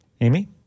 Amy